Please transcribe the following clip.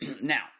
Now